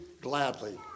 gladly